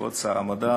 כבוד שר המדע,